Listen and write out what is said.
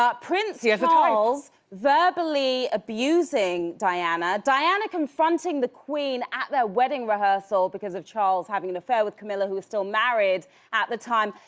ah prince yeah charles verbally abusing diana. diana confronting the queen at their wedding rehearsal because of charles having an affair with camilla, who was still married at the time.